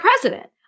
president